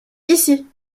ici